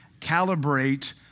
calibrate